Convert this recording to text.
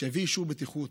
שיביא אישור בטיחות.